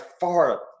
far